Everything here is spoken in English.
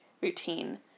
routine